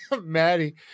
Maddie